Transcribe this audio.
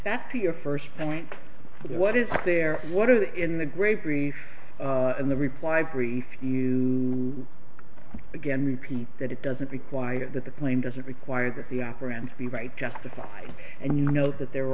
that to your first point what is there what are the in the grey brief and the reply brief you again repeat that it doesn't require that the claim doesn't require that the akram to be right justified and you know that the